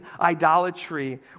idolatry